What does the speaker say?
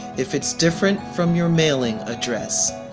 if it's different from your mailing address,